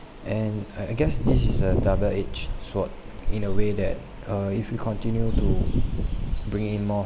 and I I guess this is a double edged sword in a way that uh if you continue to bring in more